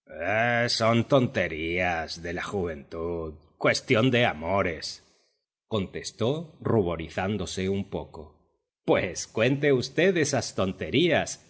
sán tonterías de la juventud cuestión de amores contestó ruborizándose un poco pues cuente v esas tonterías